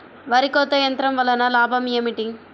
వరి కోత యంత్రం వలన లాభం ఏమిటి?